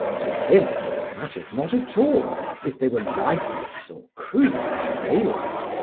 to him it mattered not at all if they were lifeless or crude in daylight,